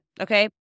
Okay